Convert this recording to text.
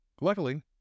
Luckily